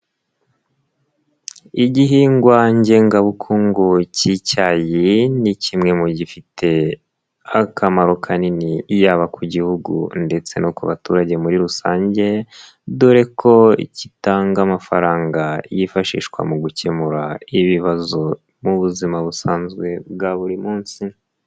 Igihingwa ngengabukungu k'icyayi ni kimwe mu gifite akamaro kanini yaba ku gihugu, ndetse no ku baturage muri rusange, dore ko kitanga amafaranga yifashishwa mu gukemura ibibazo mu buzima busanzwe bwa buri munsi.